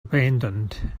abandoned